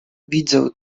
widzę